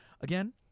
Again